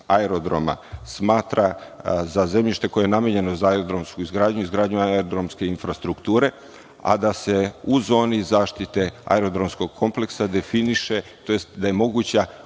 aerodroma smatra za zemljište koje je namenjeno za aerodromsku izradu, izgradnju aerodromske infrastrukture, a da se u zoni zaštite aerodromskog kompleksa definiše, tj. da je moguća